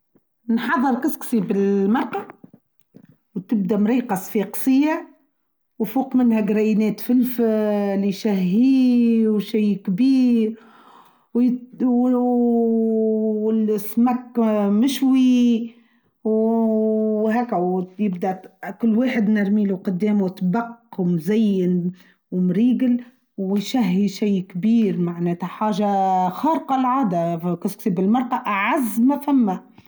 نحضر كسكسي بالمرقة وتبدأ مريقص في قصية وفوق منها جرينات فلفل يشهي وشي كبير والسمك مشوي وهيك ويبدأ كل واحد نرميله قدامه تبق ومزين ومريقل ويشهي شي كبير معناته حاجة خارقة العادة في كسكسي بالمرقة أعز ما فما.